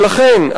ולכן,